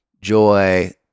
joy